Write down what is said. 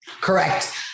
Correct